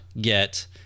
get